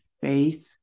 faith